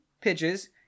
pitches